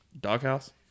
doghouse